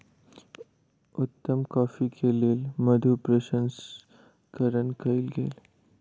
उत्तम कॉफ़ी के लेल मधु प्रसंस्करण कयल गेल